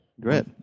Great